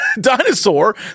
dinosaur